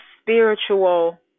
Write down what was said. spiritual